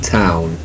town